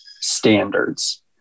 standards